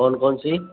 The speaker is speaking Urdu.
کون کون سی